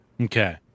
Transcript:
Okay